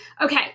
Okay